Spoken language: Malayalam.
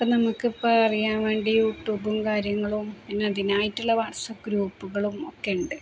അപ്പോള് നമുക്കിപ്പോള് അറിയാൻ വേണ്ടി യൂ ട്യൂബും കാര്യങ്ങളും പിന്നെ അതിനായിട്ടുള്ള വാട്സാപ്പ് ഗ്രൂപ്പുകളും ഒക്കെ ഉണ്ട്